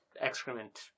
excrement